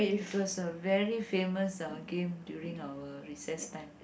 it was a very famous uh game during our recess time